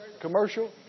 commercial